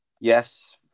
Yes